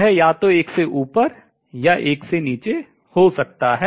यह या तो एक से ऊपर या एक नीचे हो सकता है